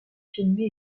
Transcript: filmés